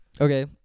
Okay